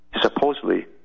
supposedly